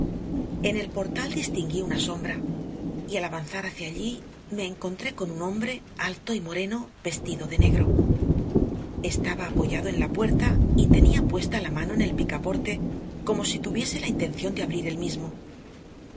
en el portal distinguí una sombra y al avanzar hacia allí me encontré con un hombre alto y moreno vestido de negro estaba apoyado en la puerta y tenía puesta la mano en el picaporte como si tuviese la intención de abrir él mismo